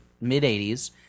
mid-80s